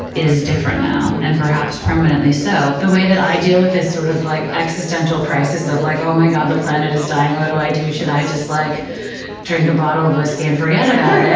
is different now and perhaps permanently so. the way that i deal with this sort of like existential crisis of like, oh my god, the planet is dying what do i do? should i just like drink a bottle of whiskey and forget about it?